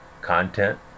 content